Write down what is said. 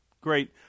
Great